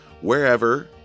wherever